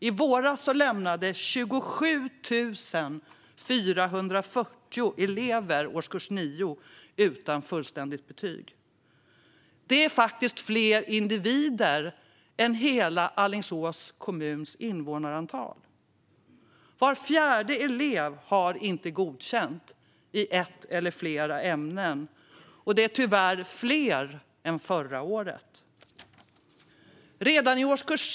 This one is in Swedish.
I våras lämnade 27 440 elever årskurs 9 utan fullständiga betyg. Det är fler individer än hela Alingsås kommuns invånarantal. Var fjärde elev har inte godkänt i ett eller flera ämnen, och det är tyvärr fler än förra året.